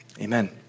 amen